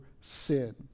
sin